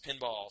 pinball